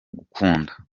gukunda